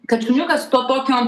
kad šuniukas to tokio